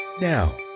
Now